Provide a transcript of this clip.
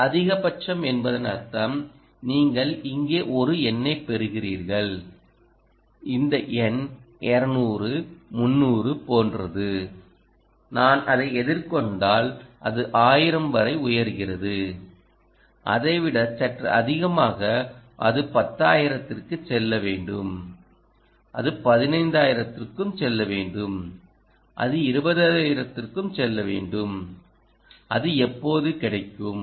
இந்த அதிகபட்சம் என்பதன் அர்த்தம் நீங்கள் இங்கே ஒரு எண்ணைப் பெறுகிறீர்கள் இந்த எண் 200 300 போன்றது நான் அதை எதிர்கொண்டால் அது 1000 வரை உயர்கிறது அதை விட சற்று அதிகமாக அது 100000 க்கு செல்ல வேண்டும் அது 150000 க்கு செல்ல வேண்டும் அது 200000 க்கு செல்ல வேண்டும் அது எப்போது கிடைக்கும்